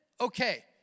okay